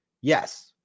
Yes